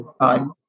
time